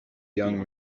young